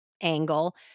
angle